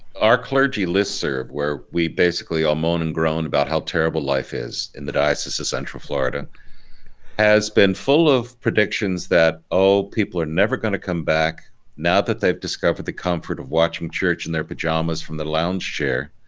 our clergy listserv where we basically all moan and groan about how terrible life is in the diocese of central florida has been full of predictions that oh people are never going to come back now that they've discovered the comfort of watching church in their pajamas from the lounge chair.